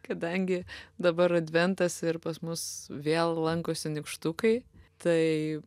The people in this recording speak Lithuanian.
kadangi dabar adventas ir pas mus vėl lankosi nykštukai tai